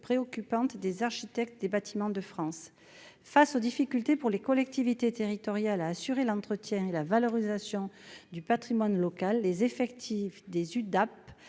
préoccupante des architectes des Bâtiments de France, face aux difficultés pour les collectivités territoriales à assurer l'entretien et la valorisation du Patrimoine local, les effectifs des DAP